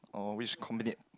or which